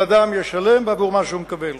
כל אדם ישלם בעבור מה שהוא מקבל.